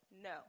No